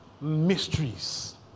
mysteries